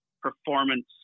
performance